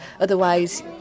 Otherwise